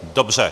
Dobře.